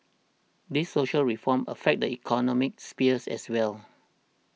these social reforms affect the economic spheres as well